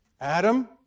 Adam